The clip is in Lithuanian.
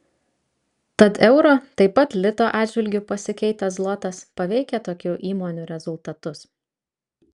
tad euro taip pat lito atžvilgiu pasikeitęs zlotas paveikia tokių įmonių rezultatus